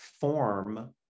form